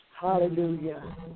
Hallelujah